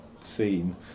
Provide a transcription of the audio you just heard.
scene